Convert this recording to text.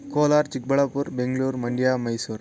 Kolar Chikkaballapur Bengaluru Mandya Mysuru